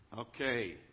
Okay